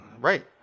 Right